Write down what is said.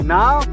Now